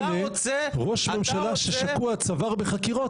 ראש ממשלה ששקוע עד צוואר בחקירות,